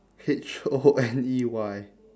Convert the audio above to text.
H O N E Y